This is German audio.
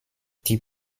die